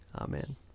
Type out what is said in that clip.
Amen